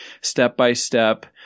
step-by-step